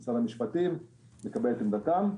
למשרד המשפטים לקבל את עמדתם.